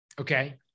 Okay